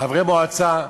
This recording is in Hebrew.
חברי מועצה.